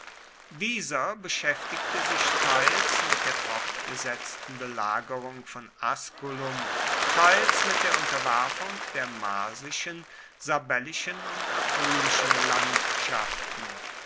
dieser beschäftigte sich teils mit der fortgesetzten belagerung von asculum teils mit der unterwerfung der marsischen sabellischen und apulischen landschaften